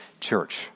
church